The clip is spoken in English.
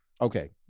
Okay